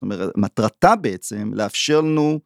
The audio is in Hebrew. זאת אומרת, מטרתה בעצם לאפשר לנו...